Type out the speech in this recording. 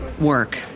work